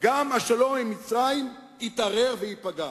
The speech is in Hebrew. גם השלום עם מצרים יתערער וייפגע.